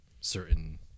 certain